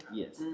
yes